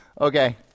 Okay